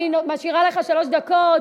אני משאירה לך שלוש דקות.